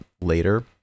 later